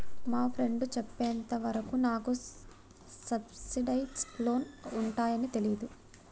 మా ఫ్రెండు చెప్పేంత వరకు నాకు సబ్సిడైజ్డ్ లోన్లు ఉంటయ్యని తెలీదు